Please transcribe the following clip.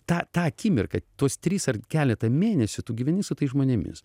tą tą akimirką tos trys ar keletą mėnesių tu gyveni su tais žmonėmis